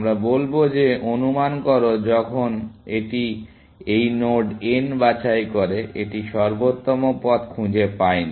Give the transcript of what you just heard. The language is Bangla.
আমরা বলব যে অনুমান করো যখন এটি এই নোড n বাছাই করে এটি সর্বোত্তম পথ খুঁজে পায়নি